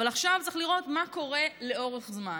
אבל עכשיו צריך לראות מה קורה לאורך זמן.